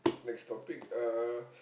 next topic uh